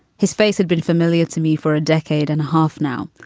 his face had been familiar to me for a decade and a half now.